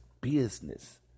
business